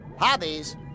Hobbies